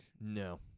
no